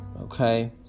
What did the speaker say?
okay